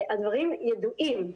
הדברים ידועים,